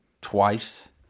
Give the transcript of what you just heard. twice